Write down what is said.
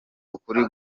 ukuri